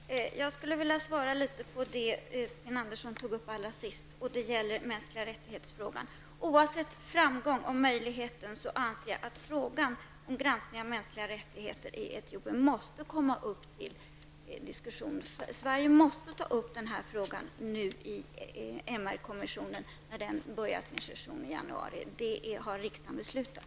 Herr talman! Jag skulle vilja kommentera det Sten Andersson tog upp allra sist, nämligen frågan om mänskliga rättigheter. Oavsett möjligheten till framgång anser jag att frågan om granskning av mänskliga rättigheter i Etiopien måste komma upp till diskussion. Sverige måste ta upp frågan i MR kommissionen när den börjar sin session i januari. Det har riksdagen beslutat.